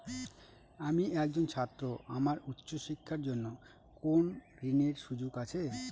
আমি একজন ছাত্র আমার উচ্চ শিক্ষার জন্য কোন ঋণের সুযোগ আছে?